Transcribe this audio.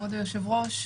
כבוד היושב-ראש,